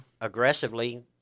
aggressively